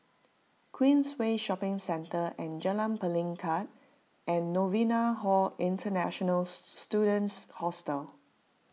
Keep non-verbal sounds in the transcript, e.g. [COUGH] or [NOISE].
Queensway Shopping Centre and Jalan Pelikat and Novena Hall International [HESITATION] Students Hostel